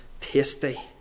tasty